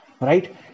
Right